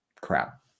crap